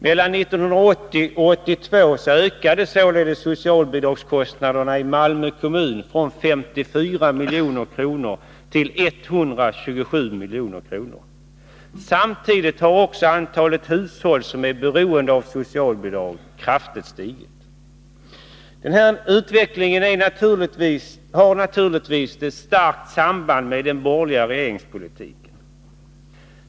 Mellan 1980 och 1982 ökade således socialbidragskostnaderna i Malmö kommun från 54 milj.kr. till 127 milj.kr. Samtidigt har också antalet hushåll som är beroende av socialbidrag stigit. Den här utvecklingen har naturligtvis ett starkt samband med den borgerliga regeringspolitiken.